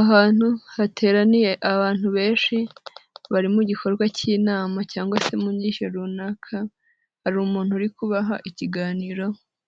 Ahantu hateraniye abantu benshi bari mu gikorwa cy'inama cyangwa se mu nyigisho runaka hari umuntu uri kubaha ikiganiro